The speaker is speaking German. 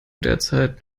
derzeit